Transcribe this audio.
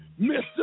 Mr